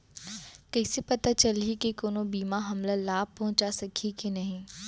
कइसे पता चलही के कोनो बीमा हमला लाभ पहूँचा सकही के नही